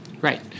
Right